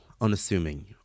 unassuming